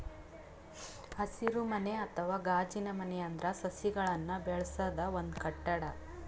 ಹಸಿರುಮನೆ ಅಥವಾ ಗಾಜಿನಮನೆ ಅಂದ್ರ ಸಸಿಗಳನ್ನ್ ಬೆಳಸದ್ ಒಂದ್ ಕಟ್ಟಡ